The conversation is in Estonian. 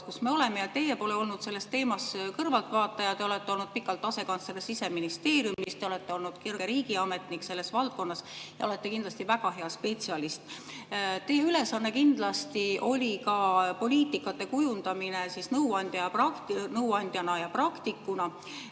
kus me oleme. Ja teie pole olnud selles teemas kõrvaltvaataja. Te olete olnud pikalt asekantsler Siseministeeriumis, te olete olnud kõrge riigiametnik selles valdkonnas ja olete kindlasti väga hea spetsialist. Teie ülesanne kindlasti oli ka poliitikate kujundamine nõuandjana ja praktikuna.